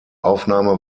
aufnahme